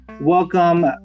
Welcome